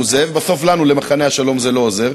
בסוף לנו, למחנה השלום, זה לא עוזר.